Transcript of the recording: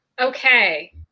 Okay